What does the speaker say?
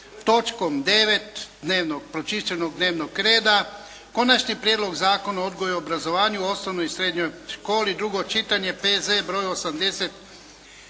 točkom 9. pročišćenog dnevnog reda Konačni prijedlog Zakona o odgoju i obrazovanju u osnovnoj i srednjoj školi, drugo čitanje, P.Z.E. br. 84.